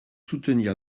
soutenir